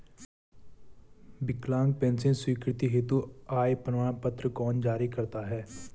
विकलांग पेंशन स्वीकृति हेतु आय प्रमाण पत्र कौन जारी करता है?